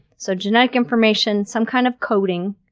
so genetic information, some kind of coating,